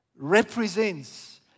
represents